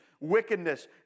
wickedness